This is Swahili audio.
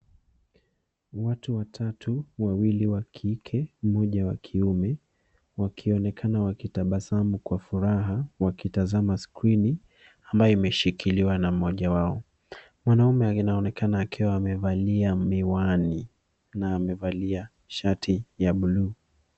Watu watatu, wawili wa kike mmoja wa kiume, wakionekana wakitabasamu kwa furaha wakitazama skrini ambayo imeshikiliwa na mmoja wao. Mwanaume anaonekana akiwa amevalia miwani na amevalia shati ya buluu.